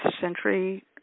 century